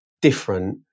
different